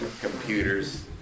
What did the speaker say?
computers